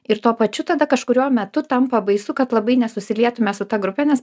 ir tuo pačiu tada kažkuriuo metu tampa baisu kad labai nesusilietume su ta grupe nes